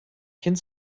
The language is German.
kind